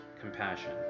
compassion